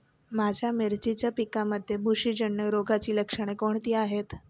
माझ्या मिरचीच्या पिकांमध्ये बुरशीजन्य रोगाची लक्षणे कोणती आहेत?